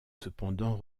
cependant